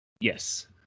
yes